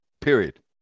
Period